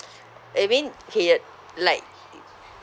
I mean he had like